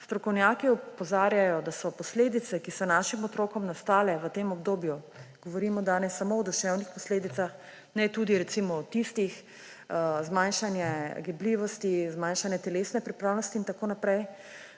strokovnjaki opozarjajo, da so posledice, ki so našim otrokom nastale v tem obdobju − govorimo danes samo o duševnih posledicah, ne tudi o tistih: zmanjšanje gibljivosti, zmanjšanje telesne pripravljenosti in tako naprej